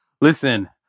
Listen